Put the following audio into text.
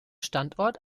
standort